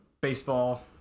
baseball